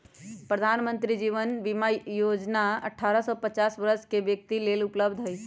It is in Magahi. प्रधानमंत्री जीवन ज्योति बीमा जोजना अठारह से पचास वरस के व्यक्तिय लेल उपलब्ध हई